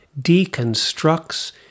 deconstructs